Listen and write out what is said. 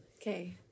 Okay